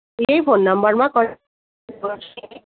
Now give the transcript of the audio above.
यही फोन नम्बरमा